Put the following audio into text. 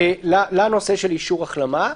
לנושא של אישור החלמה.